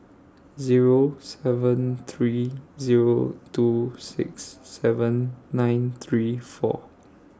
Zero seven three Zero two six seven nine three four